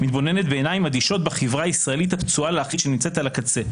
מתבוננת בעיניים אדישות בחברה הישראלית הפצועה להחריד שנמצאת על הקצה.